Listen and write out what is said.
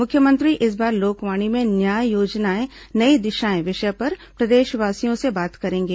मुख्यमंत्री इस बार लोकवाणी में न्याय योजनाएं नई दिशाएं विषय पर प्रदेशवासियों से बात करेंगे